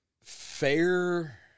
fair